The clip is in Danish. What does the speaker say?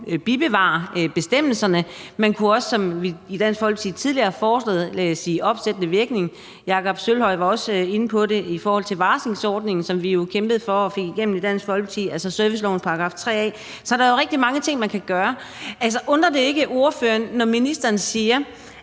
bibeholde bestemmelserne. Man kunne også, som vi i Dansk Folkeparti tidligere har foreslået, sige opsættende virkning. Hr. Jakob Sølvhøj var også inde på det i forhold til varslingsordningen, som vi jo kæmpede for, og som vi i Dansk Folkeparti fik igennem, altså servicelovens § 3 a. Så der er jo rigtig mange ting, man kan gøre. Altså, undrer det ikke ordføreren, at ministeren siger,